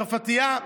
צרפתייה,